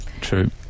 true